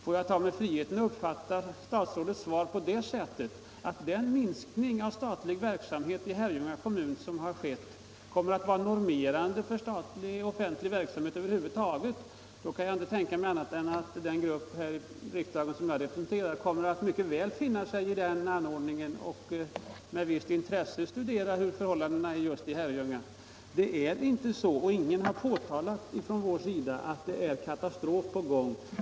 Får jag ta mig friheten att uppfatta statsrådets svar på det sättet att den minskning av statlig verksamhet som skett i Herrljunga kommer att bli normerande för statlig och offentlig verksamhet över huvud taget? Då kan jag inte tänka mig annat än att den grupp här i riksdagen som jag representerar mycket väl kommer att finna sig i den anordningen och med visst intresse studera förhållandena just i Herrljunga. Det är inte så — och ingen från vår sida har sagt det — att det är någon katastrof på gång.